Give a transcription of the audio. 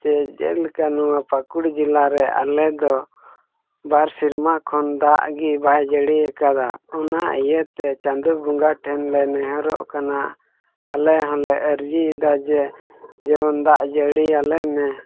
ᱪᱮ ᱡᱮᱞᱮᱠᱟ ᱱᱚᱣᱟ ᱯᱟᱹᱠᱩᱲ ᱡᱮᱞᱟ ᱨᱮ ᱟᱞᱮ ᱫᱚ ᱵᱟᱨ ᱥᱮᱨᱢᱟ ᱠᱷᱚᱱ ᱫᱟᱜ ᱜᱮ ᱵᱟᱭ ᱡᱟᱹᱲᱤᱭᱟᱠᱟᱫᱟ ᱚᱱᱟ ᱤᱭᱟᱹᱛᱮ ᱪᱟᱸᱫᱚ ᱵᱚᱸᱜᱟ ᱴᱷᱮᱱ ᱞᱮ ᱱᱮᱦᱚᱨᱚᱜ ᱠᱟᱱᱟ ᱟᱞᱮ ᱦᱚᱸᱞᱮ ᱟᱹᱨᱡᱤᱭᱮᱫᱟ ᱡᱮ ᱡᱮᱢᱚᱱ ᱫᱟᱜ ᱡᱟᱹᱲᱤᱭᱟᱞᱮ ᱢᱮ